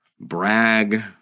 brag